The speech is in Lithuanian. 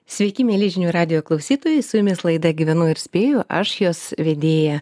sveiki mieli žinių radijo klausytojai su jumis laida gyvenu ir spėju aš jos vedėja